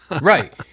Right